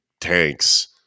tanks